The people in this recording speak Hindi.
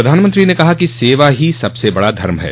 प्रधानमंत्री ने कहा कि सेवा ही सबसे बड़ा धर्म है